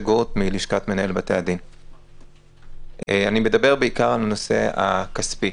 אני מדבר בעיקר על הנושא הכספי,